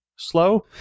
slow